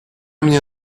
мне